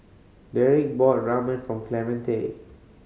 Derek bought Ramen from Clemente